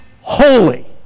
holy